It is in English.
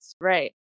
right